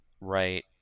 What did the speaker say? Right